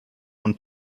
und